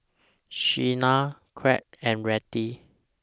Shenna Claud and Rettie